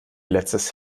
letztes